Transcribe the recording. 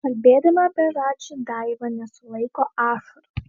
kalbėdama apie radži daiva nesulaiko ašarų